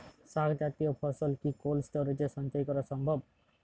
শাক জাতীয় ফসল কি কোল্ড স্টোরেজে সঞ্চয় করা সম্ভব?